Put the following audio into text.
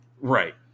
Right